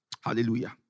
Hallelujah